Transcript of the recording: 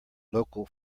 local